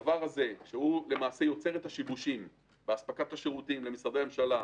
הדבר הזה יוצר את השיבושים באספקת השירותים למשרדי הממשלה,